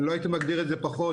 לא הייתי מגדיר את זה פחות,